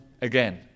again